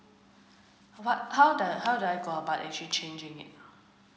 what how the how do I got about actually changing it